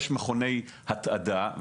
יש מכוני התעדה,